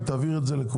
והיא תעביר את זה לכולם.